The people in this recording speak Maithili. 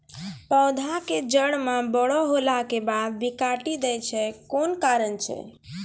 पौधा के जड़ म बड़ो होला के बाद भी काटी दै छै कोन कारण छै?